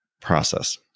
process